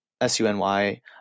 S-U-N-Y